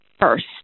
first